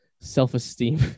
self-esteem